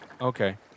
Okay